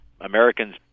Americans